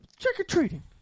trick-or-treating